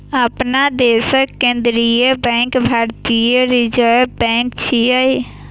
अपना देशक केंद्रीय बैंक भारतीय रिजर्व बैंक छियै